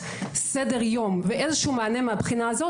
סדר יום ואיזה שהוא מענה מהבחינה הזאת,